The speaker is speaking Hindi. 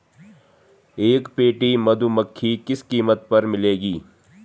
एक पेटी मधुमक्खी किस कीमत पर मिलेगी?